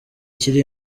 kiri